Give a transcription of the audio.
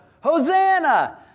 Hosanna